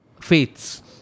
faiths